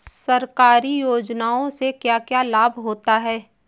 सरकारी योजनाओं से क्या क्या लाभ होता है?